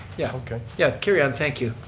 yeah okay. yeah, carry on, thank you.